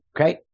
Okay